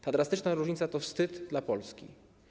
Ta drastyczna różnica to wstyd dla Polski.